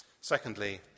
Secondly